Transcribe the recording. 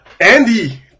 Andy